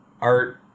art